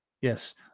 yes